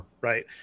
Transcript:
Right